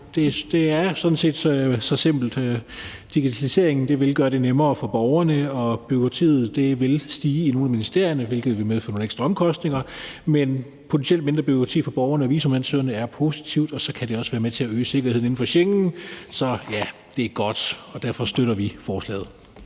det er sådan set så simpelt. Digitaliseringen vil gøre det nemmere for borgerne. Bureaukratiet vil stige ude i ministerierne, hvilket vil medføre nogle ekstra omkostninger. Men potentielt mindre bureaukrati for borgerne og visumansøgerne er positivt, og så kan det også være med til at øge sikkerheden inden for Schengen. Så ja, det er godt, og derfor støtter vi forslaget.